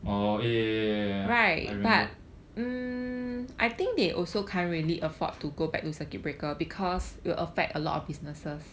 orh eh I remember